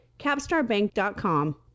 capstarbank.com